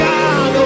God